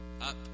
Up